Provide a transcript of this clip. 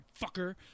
fucker